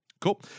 Cool